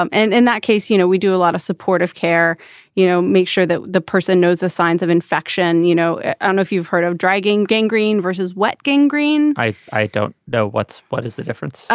um and in that case you know we do a lot of supportive care you know make sure that the person knows the signs of infection you know ah and if you've heard of dragging gangrene versus wet gangrene. i i don't know what's what is the difference.